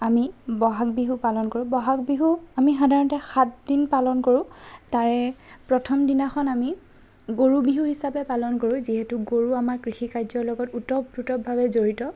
আমি বহাগ বিহু পালন কৰোঁ বহাগ বিহু আমি সাধাৰণতে সাতদিন পালন কৰোঁ তাৰে প্ৰথম দিনাখন আমি গৰু বিহু হিচাপে পলন কৰোঁ যিহেতু গৰু আমাৰ কৃষি কাৰ্যৰ লগত ওতঃপ্ৰোতভাৱে জড়িত